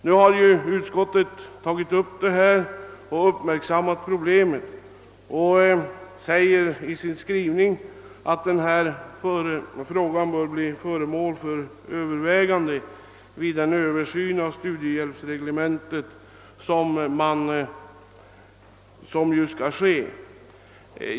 Nu har utskottet uppmärksammat problemet och skriver att det bör bli föremål för övervägande vid den översyn av studiehjälpsreglementet som skall ske.